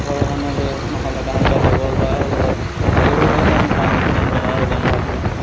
ঘৰৰ মানুহ লৈ নহ'লে কাহানিবা লগৰ ল'ৰাৰ লগত এইবোৰ লগতে আমি টাইম স্পেণ্ড কৰোঁ আৰু বন্ধৰ দিনত